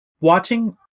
watching